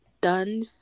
done